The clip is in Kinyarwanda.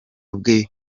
bwe